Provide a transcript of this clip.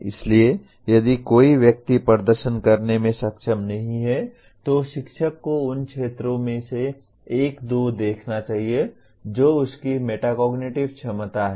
इसलिए यदि कोई व्यक्ति प्रदर्शन करने में सक्षम नहीं है तो शिक्षक को उन क्षेत्रों में से एक को देखना चाहिए जो उसकी मेटाकोग्निटिव क्षमता है